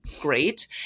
great